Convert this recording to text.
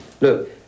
Look